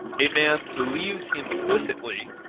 a man believes implicitly,